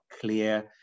clear